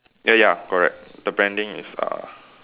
ya ya correct the branding is uh